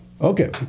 Okay